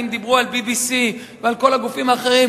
אם דיברו על BBC ועל כל הגופים האחרים,